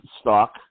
stock